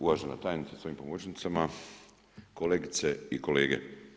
Uvažena tajnice sa svojim pomoćnicama, kolegice i kolege.